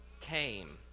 came